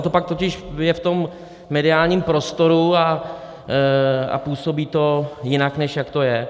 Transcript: Ono to pak je totiž v tom mediálním prostoru a působí to jinak, než jak to je.